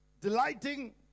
delighting